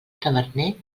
taverner